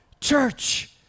church